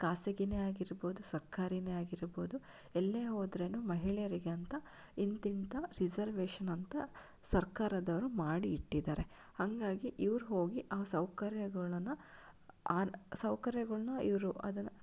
ಖಾಸಗಿನೇ ಆಗಿರ್ಬೋದು ಸರ್ಕಾರಿನೇ ಆಗಿರ್ಬೋದು ಎಲ್ಲೇ ಹೋದರೇನು ಮಹಿಳೆಯರಿಗೇಂತ ಇಂತಿಂಥ ರಿಸರ್ವೇಶನ್ ಅಂತ ಸರ್ಕಾರದವರು ಮಾಡಿ ಇಟ್ಟಿದ್ದಾರೆ ಹಾಗಾಗಿ ಇವರು ಹೋಗಿ ಆ ಸೌಕರ್ಯಗಳನ್ನು ಸೌಕರ್ಯಗೊಳನ್ನು ಇವರು ಅದನ್ನು